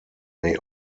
may